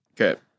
Okay